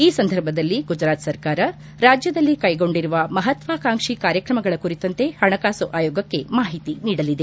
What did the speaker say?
ಈ ಸಂದರ್ಭದಲ್ಲಿ ಗುಜರಾತ್ ಸರ್ಕಾರ ರಾಜ್ಯದಲ್ಲಿ ಕೈಗೊಂಡಿರುವ ಮಹತ್ವಾಕಾಂಕ್ಷಿ ಕಾರ್ಯಕ್ರಮಗಳ ಕುರಿತಂತೆ ಹಣಕಾಸು ಆಯೋಗಕ್ಕೆ ಮಾಹಿತಿ ನೀಡಲಿದೆ